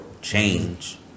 Change